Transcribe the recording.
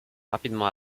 rapidement